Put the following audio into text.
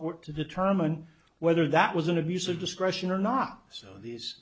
court to determine whether that was an abuse of discretion or not so these